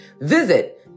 Visit